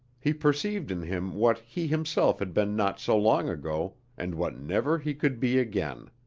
he perceived in him what he himself had been not so long ago and what never he could be again.